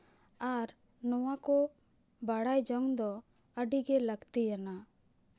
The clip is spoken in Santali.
ᱟᱨ ᱱᱚᱣᱟ ᱠᱚ ᱵᱟᱲᱟᱭ ᱡᱚᱝ ᱫᱚ ᱟᱹᱰᱤᱜᱮ ᱞᱟᱹᱠᱛᱤᱭᱟᱱᱟ